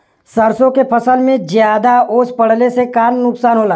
सरसों के फसल मे ज्यादा ओस पड़ले से का नुकसान होला?